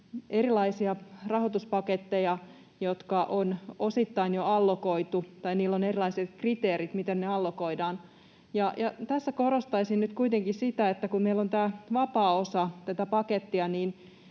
erilaisia rahoituspaketteja, joilla on erilaiset kriteerit, miten ne allokoidaan. Tässä korostaisin nyt kuitenkin sitä, että kun meillä on tämä vapaa osa tätä pakettia,